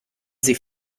sie